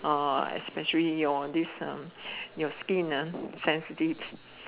orh especially your this uh your skin ah sensitive